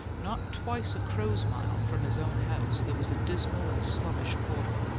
not twice a crow's mile from his own house there was a dismal and slummish quarter,